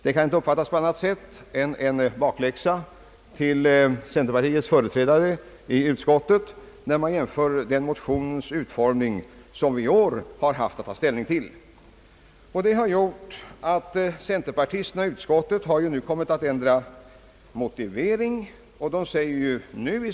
Det kan inte uppfattas på annat sätt än som en bakläxa till centerpartiets företrädare i utskottet, när man jämför med utformningen av den motion som vi haft att ta ställning till i år. Det har också medfört att centerpartisterna i utskottet nu tycks ha ändrat mening.